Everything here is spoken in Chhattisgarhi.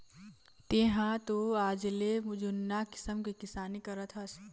तेंहा तो आजले जुन्ना किसम के किसानी करत हस